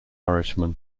irishman